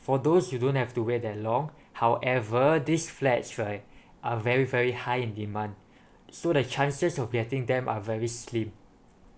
for those you don't have to wait that long however these flats right are very very high in demand so the chances of getting them are very slim